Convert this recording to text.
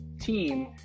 team